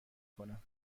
کنم